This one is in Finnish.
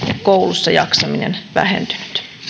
koulussajaksaminen vähentynyt